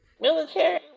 military